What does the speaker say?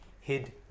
hid